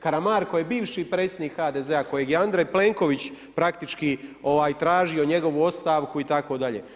Karamarko je bivši predsjednik HDZ-a kojeg je Andrej Plenković praktički tražio njegovu ostavku itd.